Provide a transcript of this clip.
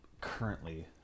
currently